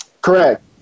Correct